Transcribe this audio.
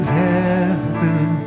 heaven